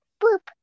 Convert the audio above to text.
boop